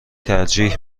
ترجیح